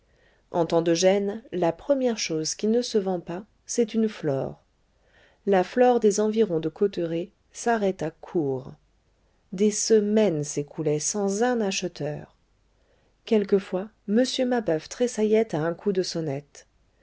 en temps de gêne la première chose qui ne se vend pas c'est une flore la flore des environs de cauteretz s'arrêta court des semaines s'écoulaient sans un acheteur quelquefois m mabeuf tressaillait à un coup de sonnette